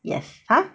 yes !huh!